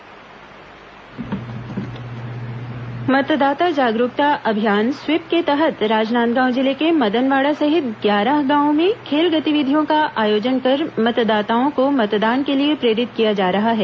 मतदाता जागरूकता कार्यक्रम मतदाता जागरूकता अभियान स्वीप के तहत राजनांदगांव जिले के मदनवाड़ा सहित ग्यारह गांवों में खेल गतिविधियों का आयोजन कर मतदाताओं को मतदान के लिए प्रेरित किया जा रहा है